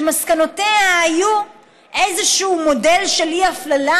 שמסקנותיה היו איזשהו מודל של אי-הפללה,